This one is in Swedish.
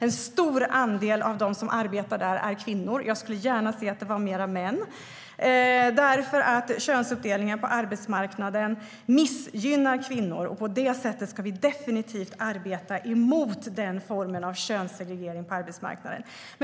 En stor andel av dem som arbetar där är kvinnor. Jag skulle gärna se att det var fler män. Könsuppdelningen på arbetsmarknaden missgynnar kvinnor. På det sättet ska vi definitivt arbeta emot den formen av könssegregering på arbetsmarknaden.